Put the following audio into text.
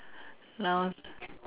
noun